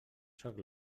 sóc